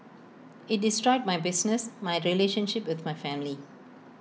IT destroyed my business my relationship with my family